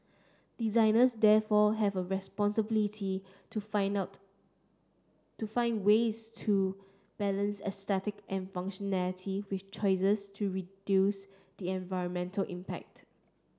designers therefore have a responsibility to find out to find ways to balance aesthetic and functionality with choices to reduce the environmental impact